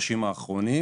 מהחודשים האחרונים.